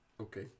okay